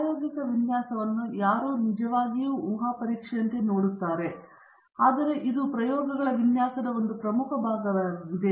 ಪ್ರಾಯೋಗಿಕ ವಿನ್ಯಾಸವನ್ನು ಯಾರೂ ನಿಜವಾಗಿಯೂ ಊಹಾ ಪರೀಕ್ಷೆಯಂತೆ ನೋಡುತ್ತಾರೆ ಆದರೆ ಇದು ಪ್ರಯೋಗಗಳ ವಿನ್ಯಾಸದ ಒಂದು ಪ್ರಮುಖ ಭಾಗವಾಗಿದೆ